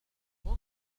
انظر